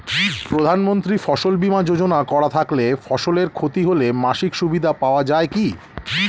প্রধানমন্ত্রী ফসল বীমা যোজনা করা থাকলে ফসলের ক্ষতি হলে মাসিক সুবিধা পাওয়া য়ায় কি?